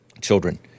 Children